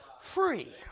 free